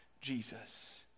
Jesus